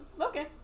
Okay